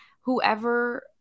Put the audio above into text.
whoever